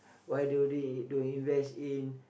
why do you think we need to invest in